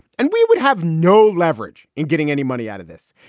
and we would have no leverage in getting any money out of this.